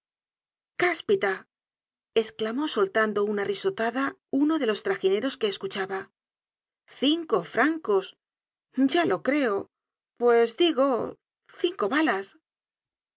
cáspita esclamó soltando una risotada uno de los tragineros que escuchaba cinco francos ya lo creo pues digo cinco balas